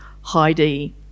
Heidi